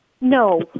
No